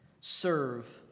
serve